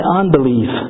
unbelief